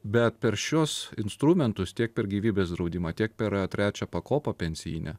bet per šiuos instrumentus tiek per gyvybės draudimą tiek per trečią pakopą pensijinę